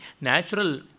natural